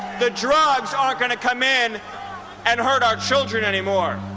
the drugs are going to come in and hurt our children anymore